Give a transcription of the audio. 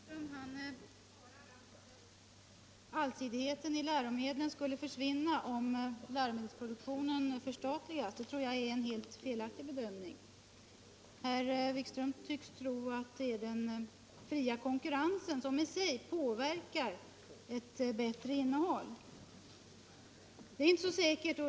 Herr talman! Herr Wikström säger att allsidigheten i läromedlen skulle försvinna om läromedelsproduktionen förstatligades. Det tror jag är en helt felaktig bedömning. Herr Wikström tycks tro att det är den fria konkurrensen som i sig påverkar innehållet och gör det bättre.